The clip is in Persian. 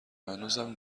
هنوزم